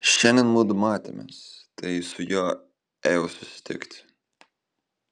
šiandien mudu matėmės tai su juo ėjau susitikti